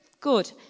good